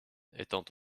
étant